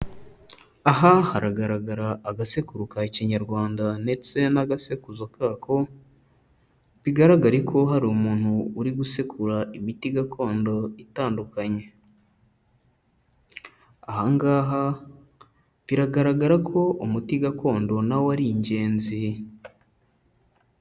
Aha haragaragara agasekuru ka kinyarwanda ndetse n'agasekuzo kako, bigaragare ko hari umuntu uri gusekura imiti gakondo itandukanye. Aha ngaha biragaragara ko umuti gakondo na wo ari ingenzi.